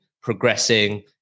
progressing